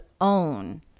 own